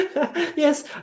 Yes